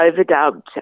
overdubbed